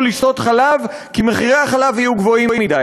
לשתות חלב כי מחירי החלב יהיו גבוהים מדי,